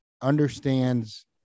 Understands